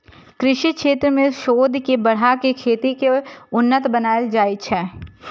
कृषि क्षेत्र मे शोध के बढ़ा कें खेती कें उन्नत बनाएल जाइ छै